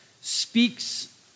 speaks